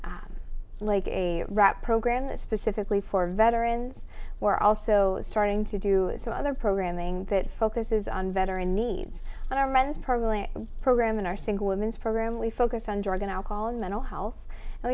like a rap program that specifically for veterans we're also starting to do some other programming that focuses on veteran needs and our men's programming program and our single women's program we focus on drug and alcohol and mental health and